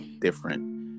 different